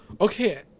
okay